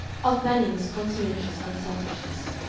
of manning's conscientious unselfishness,